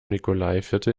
nikolaiviertel